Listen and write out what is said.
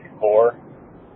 four